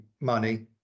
money